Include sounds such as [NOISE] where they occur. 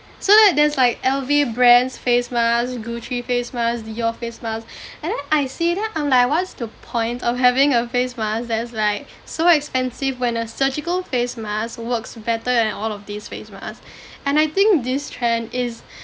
so like there's like L_V brands face masks gucci face masks dior face masks [BREATH] and then I see then I'm like what is the point of having a face mask that's like so expensive when a surgical face mask works better than all of these face masks [BREATH] and I think this trend is